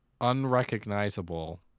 Unrecognizable